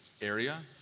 area